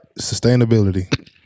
sustainability